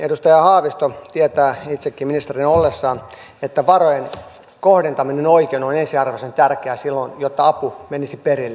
edustaja haavisto tietää itsekin ministerinä ollessaan että varojen kohdentaminen oikein on ensiarvoisen tärkeää jotta apu menisi perille